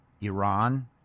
Iran